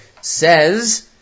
says